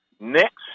next